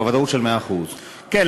ודאות של 100%. כן.